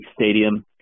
stadium